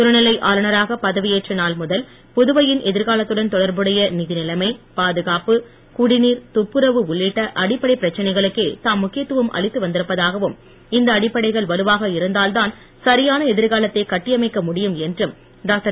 துணைநிலை எதிர்காலத்துடன் தொடர்புடைய நிதி நிலைமை பாதுகாப்பு குடிநீர் துப்புறவு உள்ளிட்ட அடிப்படைப் பிரச்சனைகளுக்கே தாம் முக்கியத்துவம் அளித்து வந்திருப்பதாகவும் இந்த அடிப்படைகள் வலுவாக இருந்தால்தான் சரியான எதிர்காலத்தை கட்டியமைக்க முடியும் என்றும் டாக்டர்